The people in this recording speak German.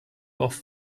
oft